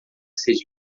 seja